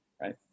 Right